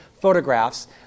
photographs